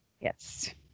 Yes